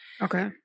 Okay